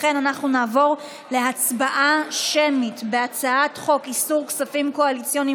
לכן אנחנו נעבור להצבעה שמית על הצעת חוק איסור כספים קואליציוניים,